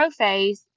prophase